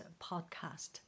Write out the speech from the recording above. podcast